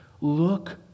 look